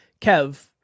Kev